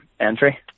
entry